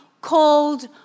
called